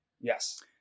Yes